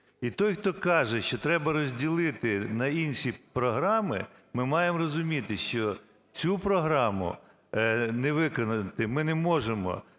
І той ,хто каже, що треба розділити на інші програми, ми маємо розуміти, що цю програму не виконати ми не можемо.